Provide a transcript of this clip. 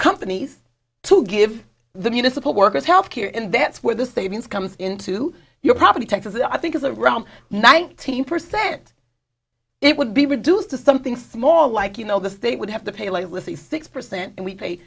companies to give the municipal workers health care and that's where the savings comes into your property taxes i think is a round nineteen percent it would be reduced to something small like you know this they would have to pay with the six percent and we pay